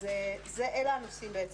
אז אלה הנושאים, בעצם,